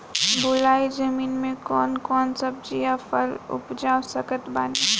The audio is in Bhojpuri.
बलुई जमीन मे कौन कौन सब्जी या फल उपजा सकत बानी?